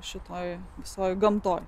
šitoj visoj gamtoj